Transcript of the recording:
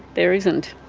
there isn't.